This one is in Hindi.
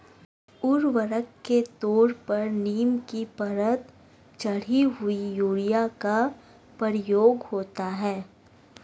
उर्वरक के तौर पर नीम की परत चढ़ी हुई यूरिया का प्रयोग होता है